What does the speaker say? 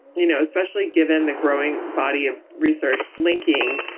you know especially given the growing body of research linking,